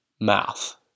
mouth